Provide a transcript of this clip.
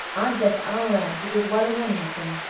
i guess our anne did as well as any of them,